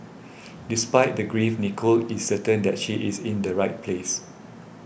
despite the grief Nicole is certain that she is in the right place